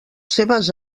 seves